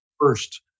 first